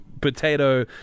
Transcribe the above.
potato